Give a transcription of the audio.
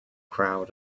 crowd